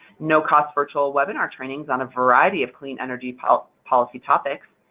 no-cost virtual webinar trainings on a variety of clean energy policy policy topics,